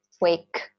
wake